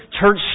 church